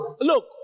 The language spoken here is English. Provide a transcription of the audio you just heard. Look